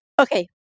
okay